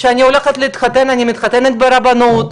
כשאני הולכת להתחתן אני מתחתנת ברבנות,